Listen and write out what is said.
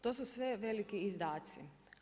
To su sve veliki izdatci.